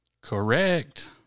correct